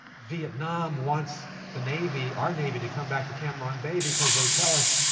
vietnam wants the navy, our navy, to come back to cam ranh bay because they tell us,